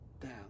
down